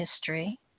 history